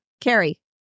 Carrie